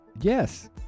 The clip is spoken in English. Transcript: Yes